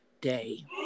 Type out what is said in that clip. day